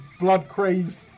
blood-crazed